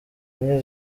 enye